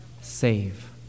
save